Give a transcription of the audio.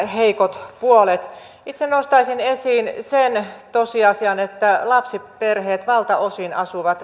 heikot puolet itse nostaisin esiin sen tosiasian että lapsiperheet asuvat valtaosin